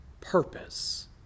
purpose